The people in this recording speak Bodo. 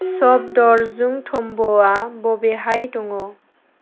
सफदरजुं टम्बआ बबेहाय दङ